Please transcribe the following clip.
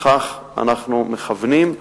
לכך אנחנו מכוונים,